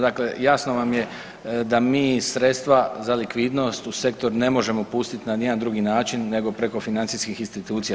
Dakle, jasno vam je da mi sredstva za likvidnost u sektor ne možemo pustiti na ni jedan drugi način nego preko financijskih institucija.